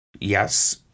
yes